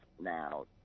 now